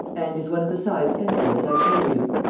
and is one of the sides empty, as i told you.